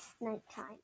nighttime